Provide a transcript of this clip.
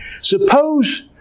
Suppose